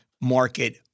market